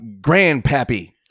Grandpappy